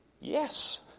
yes